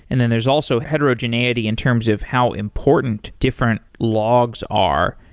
and then there's also heterogeneity in terms of how important different logs are.